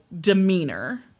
demeanor